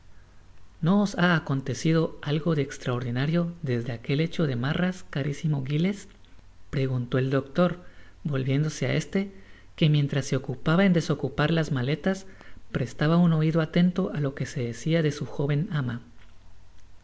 os ha acontecido algo de estraordinario desde aquel hecho de marras carisimo giles preguntó el doctor volviéndose á éste que mientras se ocupaba en desocupar las maletas prestaba un oido atento á lo que se decia de su joven ama